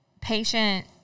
patient